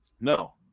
No